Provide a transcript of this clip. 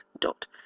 dot